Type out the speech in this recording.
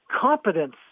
competence